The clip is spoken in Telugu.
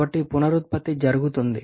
కాబట్టి పునరుత్పత్తి జరుగుతుంది